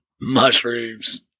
Mushrooms